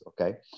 Okay